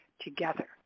together